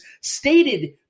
stated